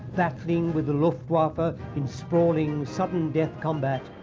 battling with the luftwaffe ah in sprawling, sudden death combat,